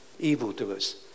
evildoers